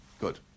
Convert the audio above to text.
Good